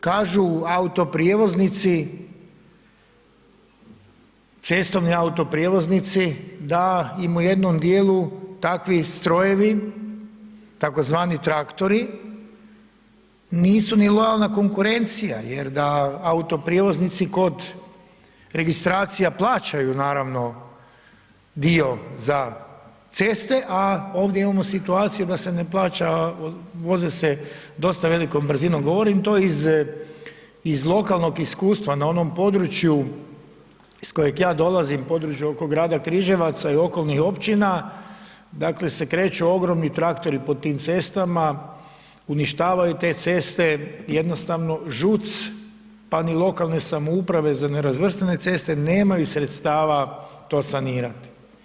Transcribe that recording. Kažu autoprijevoznici, cestovni autoprijevoznici da im u jednom djelu takvi strojevi, tzv. traktori nisu ni lojalna konkurencija jer da autoprijevoznici kod registracija plaćaju naravno dio za ceste a ovdje imamo situaciju da se ne plaća, voze se dosta velikom brzinom govorim, to iz lokalnog iskustva na onom području iz kojeg dolazim, području oko grada Križevaca i okolnih općina, dakle se kreću ogromni traktori po tim cestama, uništavaju te ceste, jednostavno ŽUC pa ni lokalne samouprave za nerazvrstane ceste, nemaju sredstava to sanirati.